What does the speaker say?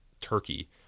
Turkey